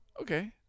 Okay